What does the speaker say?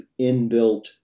inbuilt